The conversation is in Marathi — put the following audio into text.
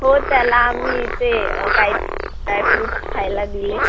हो त्याला आम्ही इथे काय ड्रायफ्रूट्स खायला दिले